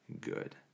good